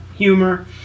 humor